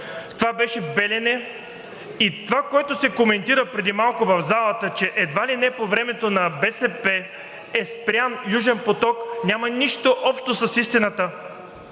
това беше „Белене“ и това, което се коментираше преди малко в залата, че едва ли не по времето на БСП е спрян Южен поток, няма нищо общо с истината.